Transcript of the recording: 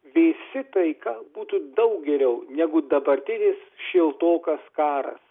vėsi taika būtų daug geriau negu dabartinis šiltokas karas